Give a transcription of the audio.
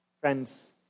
Friends